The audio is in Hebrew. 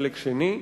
חלק שני,